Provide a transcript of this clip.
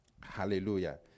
Hallelujah